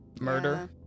murder